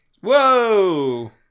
whoa